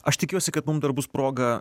aš tikiuosi kad mum dar bus proga